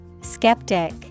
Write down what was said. skeptic